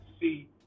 see